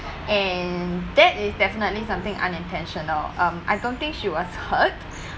and that is definitely something unintentional um I don't think she was hurt